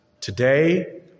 today